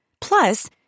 Plus